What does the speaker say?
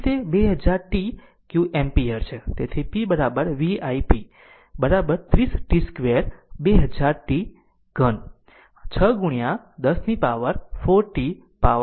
તેથી તે 2000 t q ampere છે તેથી p v i p ત્રીસ t 2 2000 t cube 6 10 power 4 t tપાવર 5 છે